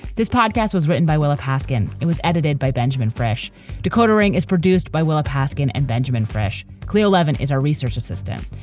this podcast was written by willa paskin. it was edited by benjamin. fresh decoder ring is produced by willa paskin and benjamin fresh. cleo lieven is a research assistant.